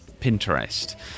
Pinterest